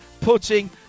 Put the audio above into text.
putting